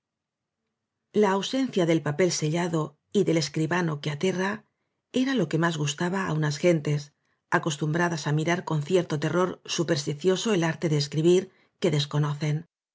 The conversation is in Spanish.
la ausencia del papel sellado y del escri bano que aterra era lo que más gustaba á unas eentes o acostumbradas á mirar con cierto terror supersticioso el arte de escribir que des